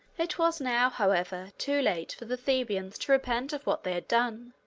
it was now, however, too late for the thebans to repent of what they had done.